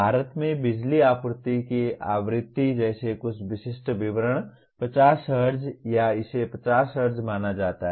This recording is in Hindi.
भारत में बिजली आपूर्ति की आवृत्ति जैसे कुछ विशिष्ट विवरण 50 हर्ट्ज हैं या इसे 50 हर्ट्ज माना जाता है